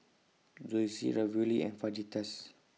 Zosui Ravioli and Fajitas